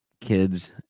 kids